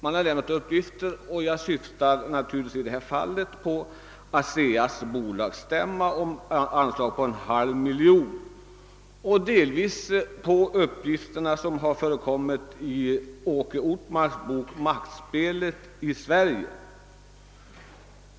Jag syftar naturligtvis här på de uppgifter som lämnats vid ASEA:s bolagsstämma om ett anslag på en halv miljon kronor och även på uppgifterna i Åke Ortmarks bok »Maktspelet i Sverige».